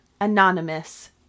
Anonymous